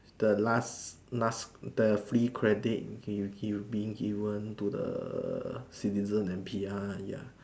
the last last the free credit you being given to the citizen and P_R ya